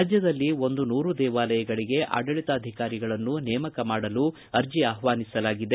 ರಾಜ್ದಲ್ಲಿ ಒಂದು ನೂರು ದೇವಾಲಯಗಳಿಗೆ ಆಡಳಿತಾಧಿಕಾರಿಗಳನ್ನು ನೇಮಕ ಮಾಡಲು ಅರ್ಜಿ ಆಹ್ವಾನಿಸಲಾಗಿದೆ